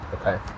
Okay